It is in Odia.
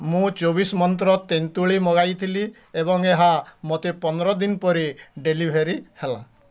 ମୁଁ ଚବିଶ ମନ୍ତ୍ର ତେନ୍ତୁଳି ମଗାଇଥିଲି ଏବଂ ଏହା ମୋତେ ପନ୍ଦର ଦିନ ପରେ ଡେଲିଭରି ହେଲା